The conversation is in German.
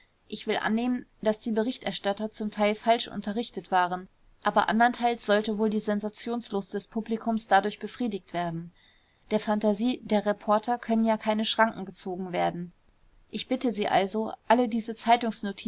ich will annehmen daß die berichterstatter zum teil falsch unterrichtet waren aber andernteils sollte wohl die sensationslust des publikums dadurch befriedigt werden der phantasie der reporter können ja keine schranken gezogen werden ich bitte sie also alle diese